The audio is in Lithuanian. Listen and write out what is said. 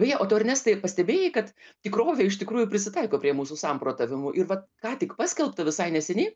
beje o tu ernestai pastebėjai kad tikrovė iš tikrųjų prisitaiko prie mūsų samprotavimų ir vat ką tik paskelbta visai neseniai